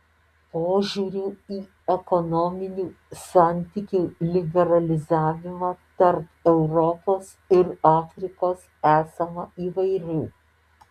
požiūrių į ekonominių santykių liberalizavimą tarp europos ir afrikos esama įvairių